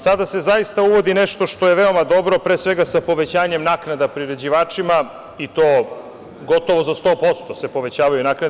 Sada se zaista, uvodi nešto što je veoma dobro, pre svega sa povećanjem naknada priređivačima i to gotovo za 100% se povećavaju naknade.